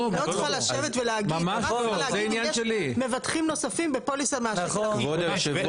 היא רק צריכה להגיד אם יש מבטחים נוספים בפוליסה --- ממש לא,